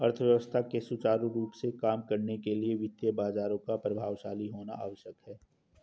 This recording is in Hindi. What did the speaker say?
अर्थव्यवस्था के सुचारू रूप से काम करने के लिए वित्तीय बाजारों का प्रभावशाली होना आवश्यक है